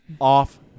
off